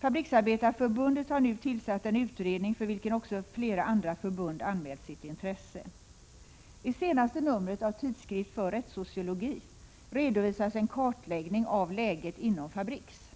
Fabriksarbetareförbundet har nu tillsatt en utredning, för vilken också flera andra förbund anmält sitt intresse. I senaste numret av Tidskrift för Rättssociologi redovisas en kartläggning av läget inom Fabriks.